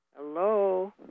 Hello